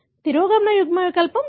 తిరోగమన యుగ్మవికల్పం లేదు